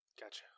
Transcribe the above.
Gotcha